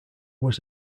was